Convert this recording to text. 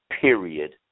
period